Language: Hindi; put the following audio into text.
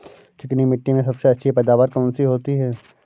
चिकनी मिट्टी में सबसे अच्छी पैदावार कौन सी होती हैं?